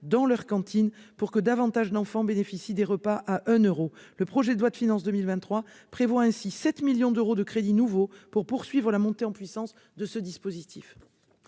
dans leurs cantines, pour que davantage d'enfants bénéficient des repas à 1 euro. Le projet de loi de finances pour 2023 prévoit ainsi 7 millions d'euros de crédits nouveaux pour poursuivre la montée en puissance de ce dispositif.